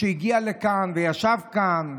שהגיע לכאן וישב כאן.